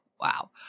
wow